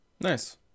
Nice